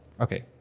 Okay